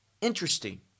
interesting